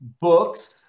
books